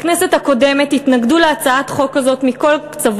בכנסת הקודמת התנגדו להצעת החוק הזאת מכל קצות